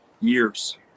years